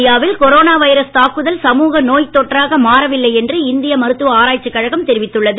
இந்தியாவில் corona virus தாக்குதல் சமூக நோய்த் தொற்றாக மாறவில்லை என்று இந்திய மருத்துவ ஆராய்ச்சிக் கழகம் தெரிவித்துள்ளது